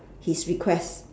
his request